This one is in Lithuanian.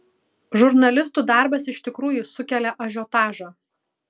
žurnalistų darbas iš tikrųjų sukelia ažiotažą